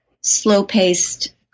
slow-paced